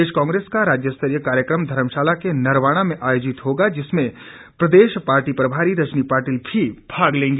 प्रदेश कांग्रेस का राज्यस्तरीय कार्यक्रम धर्मशाला के नरवाणा में आयोजित होगा जिसमें प्रदेश पार्टी प्रभारी रजनी पाटिल भी भाग लेंगी